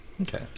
Okay